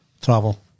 Travel